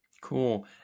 Cool